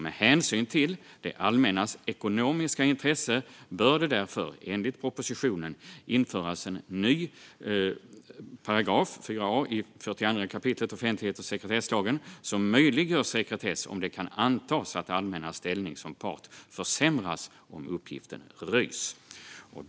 Med hänsyn till det allmännas ekonomiska intresse bör det därför enligt propositionen införas en ny 4 a § i 42 kap. offentlighets och sekretesslagen som möjliggör sekretess om det kan antas att det allmännas ställning som part försämras om uppgiften röjs.